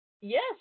Yes